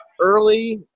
early